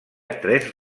tres